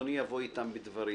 אדוני יבוא איתם בדברים.